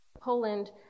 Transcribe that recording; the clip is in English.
Poland